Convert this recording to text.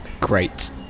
Great